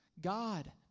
God